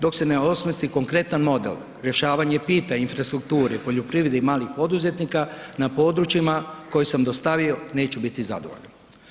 Dok se ne osmisli konkretan model, rješavanje pitanja infrastrukture, poljoprivrede i malih poduzetnika na područjima koje sam dostavio neću biti zadovoljan.